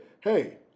hey